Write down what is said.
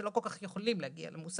שלא כל כך יכולים להגיע למוסך,